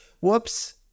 whoops